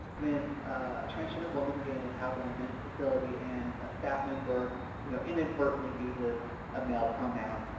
when a transgender woman, again, is housed in a men's facility and a staff member you know inadvertently uses a male pronoun,